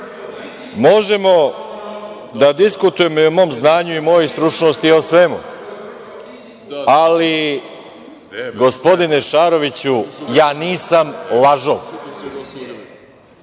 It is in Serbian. možemo da diskutujemo i o mom znanju i mojoj stručnosti i o svemu, ali gospodine Šaroviću ja nisam lažov.